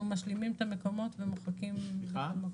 אנחנו משלימים את המקומות ומוחקים במקומות.